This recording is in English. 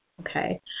Okay